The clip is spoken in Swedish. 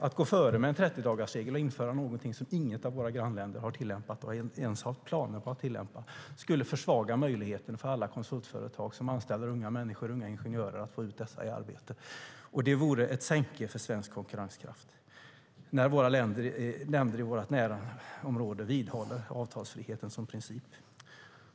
Att gå före med en 30-dagarsregel och införa någonting som inget av våra grannländer har tillämpat eller ens har planer på att tillämpa skulle försvaga möjligheterna för alla konsultföretag som anställer unga ingenjörer och andra unga människor att få ut dem i arbete. Det vore ett sänke för svensk konkurrenskraft när länderna i vårt närområde vidhåller avtalsfriheten som princip.